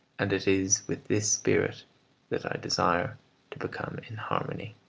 and it is with this spirit that i desire to become in harmony.